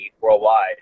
worldwide